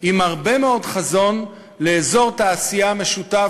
עם הרבה מאוד חזון לאזור תעשייה משותף